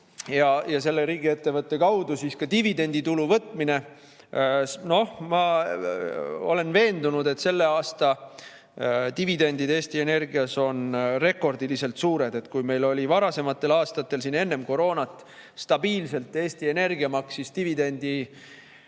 ja selle riigiettevõtte kaudu siis ka dividenditulu võtmine. No ma olen veendunud, et selle aasta dividendid Eesti Energias on rekordiliselt suured. Kui meil varasematel aastatel siin enne koroonat stabiilselt Eesti Energia maksis dividendi